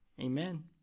Amen